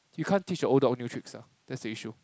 you can't teach a old dog new tricks ah that's the issue